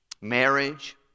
Marriage